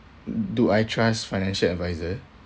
do I trust financial advisor